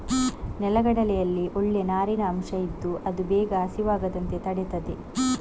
ನೆಲಗಡಲೆಯಲ್ಲಿ ಒಳ್ಳೇ ನಾರಿನ ಅಂಶ ಇದ್ದು ಅದು ಬೇಗ ಹಸಿವಾಗದಂತೆ ತಡೀತದೆ